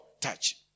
touch